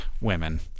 women